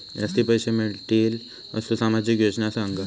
जास्ती पैशे मिळतील असो सामाजिक योजना सांगा?